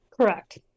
Correct